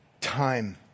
time